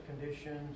conditions